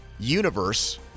universe